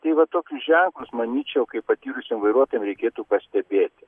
tai va tokius ženklus manyčiau kaip patyrusiem vairuotojam reikėtų pastebėti